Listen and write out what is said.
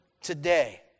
today